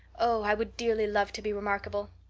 oh, i would dearly love to be remarkable.